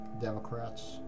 Democrats